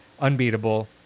unbeatable